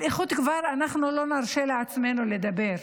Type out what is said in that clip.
על איכות אנחנו כבר לא נרשה לעצמנו לדבר.